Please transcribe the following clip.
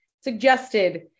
suggested